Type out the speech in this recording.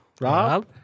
Rob